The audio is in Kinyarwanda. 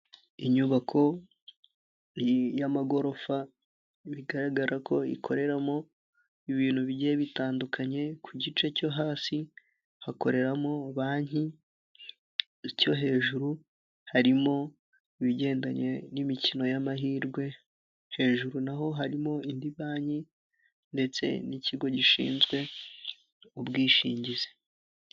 Inyubako y'amagorofa bigaragara ko ikoreramo ibintu bigiye bitandukanye ku gice cyo hasi hakoreramo banki icyo hejuru harimo ibigendanye n'imikino y'amahirwe icyo hejuru naho harimo indi banki ndetse n'ikigo gishinzwe ubwishingizi.